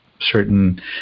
certain